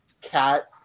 cat